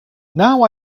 now